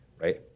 right